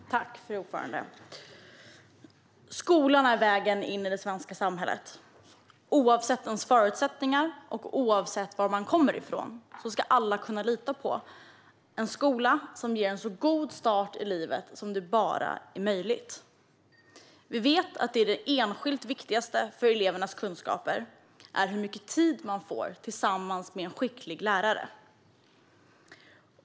Fru talman! Skolan är vägen in i det svenska samhället. Oavsett vilka förutsättningar man har och var man kommer från ska alla kunna lita på att skolan ger en så god start i livet som det bara är möjligt. Vi vet att det enskilt viktigaste för elevernas kunskaper är hur mycket tid man får tillsammans med en skicklig lärare.